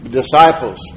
disciples